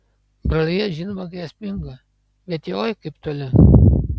brolija žinoma grėsminga bet jie oi kaip toli